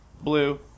Blue